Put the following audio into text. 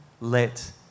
let